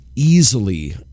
Easily